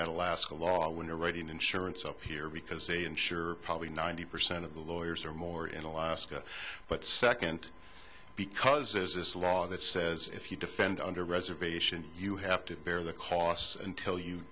at alaska law when you're writing insurance up here because they insure probably ninety percent of the lawyers or more in alaska but second because as this law that says if you defend under reservation you have to bear the costs and tell you